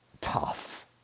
tough